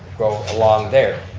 along there.